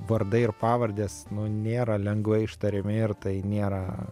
vardai ir pavardės nėra lengvai ištariami ir tai nėra